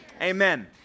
Amen